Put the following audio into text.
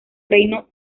reino